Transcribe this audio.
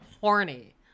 horny